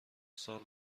سال